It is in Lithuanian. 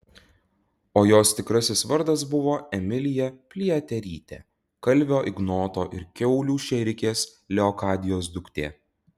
o jos tikrasis vardas buvo emilija pliaterytė kalvio ignoto ir kiaulių šėrikės leokadijos duktė